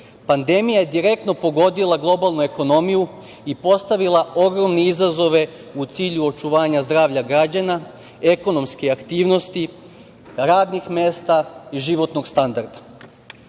Pandemija je direktno pogodila globalnu ekonomiju i postavila ogromni izazove u cilju očuvanja zdravlja građana, ekonomske aktivnosti, radnih mesta i životnog standarda. Ipak,